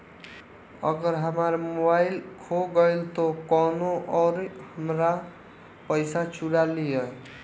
अगर हमार मोबइल खो गईल तो कौनो और हमार पइसा चुरा लेइ?